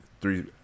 three